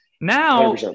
Now